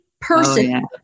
person